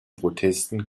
protesten